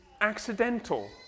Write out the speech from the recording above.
accidental